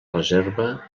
reserva